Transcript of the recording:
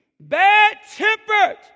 Bad-tempered